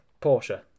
Porsche